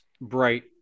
bright